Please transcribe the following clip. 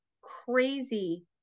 crazy